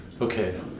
Okay